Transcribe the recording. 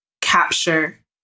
capture